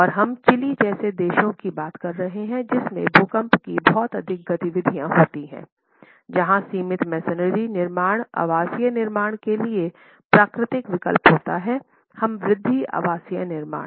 और हम चिली जैसे देशों की बात कर रहे हैं जिसमें भूकंप की बहुत अधिक गतिविधियां होती हैं जहाँ सीमित मैसनरी निर्माण आवासीय निर्माण के लिए प्राकृतिक विकल्प होता है कम वृद्धि आवासीय निर्माण